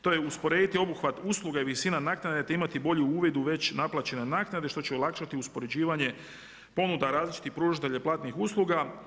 To je usporediti obuhvat usluga i visina naknade te imati bolji uvjet u već naplaćene naknade što će olakšati uspoređivanja ponuda, različitih pružatelja platnih usluga.